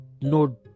no